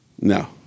No